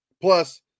plus